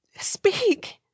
Speak